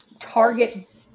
target